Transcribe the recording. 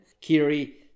Kiri